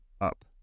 up